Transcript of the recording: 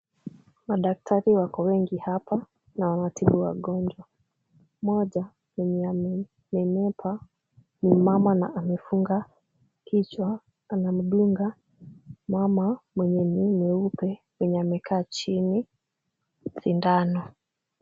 Madaktari wako wengi hapa na wanatibu wagonjwa. Mmoja mwenye amenenepa ni mumama na amefunga kichwa, anamdunga mama mwenye ni mweupe mwenye amekaa chini sindano.